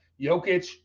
Jokic